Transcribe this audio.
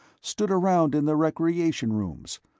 stood around in the recreation rooms,